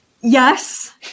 Yes